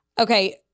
Okay